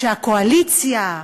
שהקואליציה,